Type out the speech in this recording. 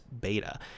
beta